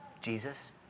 Jesus